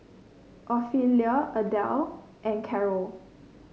Ophelia Adelle and Carrol